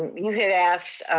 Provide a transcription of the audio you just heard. you had asked,